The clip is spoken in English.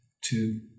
two